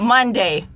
Monday